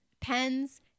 pens